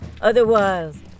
otherwise